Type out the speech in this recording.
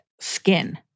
skin